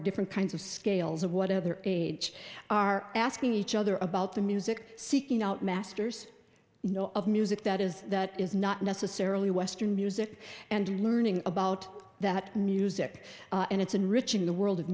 different kinds of scales of whatever age are asking each other about the music seeking out masters you know of music that is that is not necessarily western music and learning about that music and it's enriching the world of